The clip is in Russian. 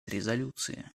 резолюции